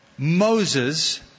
Moses